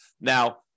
Now